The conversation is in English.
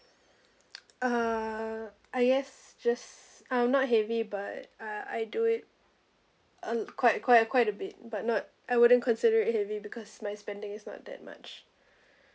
uh I guess just I'm not heavy but I I do it a quite quite quite a bit but not I wouldn't consider it heavy because my spending is not that much